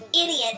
idiot